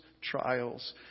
trials